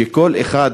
שכל אחד,